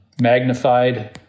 magnified